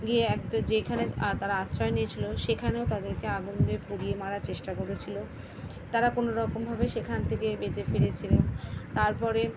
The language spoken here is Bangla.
গিয়ে একটা যেইখানে আ তারা আশ্রয় নিয়েছিলো সেখানেও তাদেরকে আগুন দিয়ে পুড়িয়ে মারার চেষ্টা করেছিলো তারা কোনো রকমভাবে সেখান থেকে বেঁচে ফিরেছিলো তারপরে